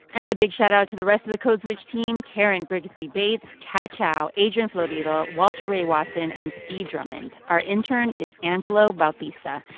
and a big shoutout to the rest of the code switch team karen grigsby bates, kat chow, adrian florido, walter ray watson and steve drummond. our intern is angelo bautista.